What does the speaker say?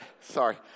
sorry